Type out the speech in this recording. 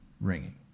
Ringing